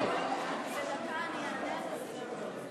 יש לך אפשרות.